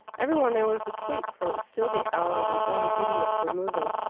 every one there was asleep, for it was still the hour when only idiots were moving.